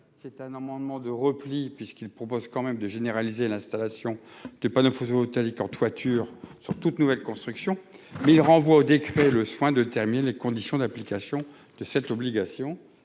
c'est un amendement de repli, puisqu'il propose quand même de généraliser l'installation de panneaux photovoltaïques en toiture sur toute nouvelle construction mais il renvoie au décret le soin de terminer les conditions d'application de cette obligation